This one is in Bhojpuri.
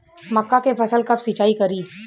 मका के फ़सल कब सिंचाई करी?